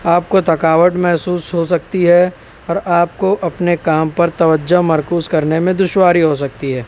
آپ کو تکاوٹ محسوس ہو سکتی ہے اور آپ کو اپنے کام پر توجہ مرکوز کرنے میں دشواری ہو سکتی ہے